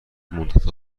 مدتها